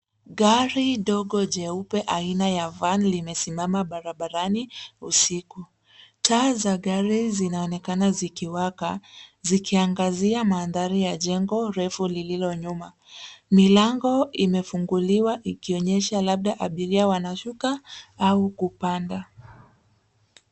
Gari dogo jeupe aina ya van limesimama barabarani usiku. Taa za gari zinaonekana zikiwaka, zikiangazia mandhari ya jengo refu lililo nyuma. Milango imefunguliwa, ikionyesha labda abiria wanashuka au kupanda.